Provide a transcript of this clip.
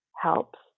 helps